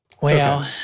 Wow